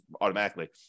automatically